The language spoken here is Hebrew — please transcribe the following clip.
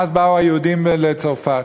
ואז באו היהודים לצרפת.